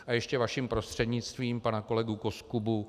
A ještě vaším prostřednictvím pana kolegu Koskubu.